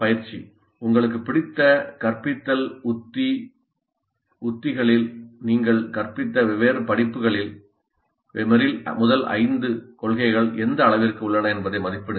பயிற்சி உங்களுக்கு பிடித்த கற்பித்தல் உத்தி உத்திகளில் நீங்கள் கற்பித்த வெவ்வேறு படிப்புகளில் மெர்ரில் ஐந்து முதல் கொள்கைகள் எந்த அளவிற்கு உள்ளன என்பதை மதிப்பிடுங்கள்